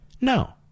No